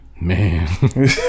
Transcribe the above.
Man